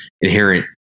inherent